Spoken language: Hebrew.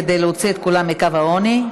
כדי להוציא את כולם מקו העוני,